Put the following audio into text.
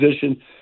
position